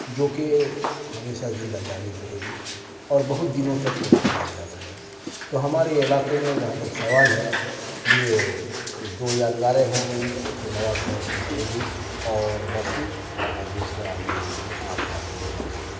جوکہ ہمیشہ زندہ جاوید رہے گی اور بہت دنوں تک وہ ان کا یادگار رہے گا تو ہمارے علاقے میں جہاں تک سوال ہے یہ دو یادگاریں ہوں گئی ایک تو نواب صاحب کی حویلی اور مسجد اور دوسرا یہ جو آس پاس کے دو مندر